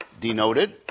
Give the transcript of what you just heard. denoted